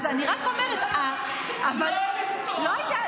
אז אני רק אומרת --- לא לפתוח.